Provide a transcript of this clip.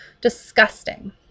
Disgusting